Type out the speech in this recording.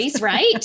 Right